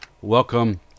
Welcome